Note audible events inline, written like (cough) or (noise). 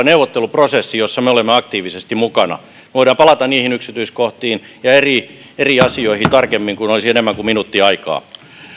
(unintelligible) neuvotteluprosessi jossa me olemme aktiivisesti mukana me voisimme palata niihin yksityiskohtiin ja eri eri asioihin tarkemmin kun olisi enemmän kuin minuutti aikaa